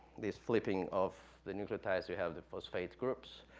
this flipping of the nucleotides, we have the phosphate groups,